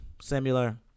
similar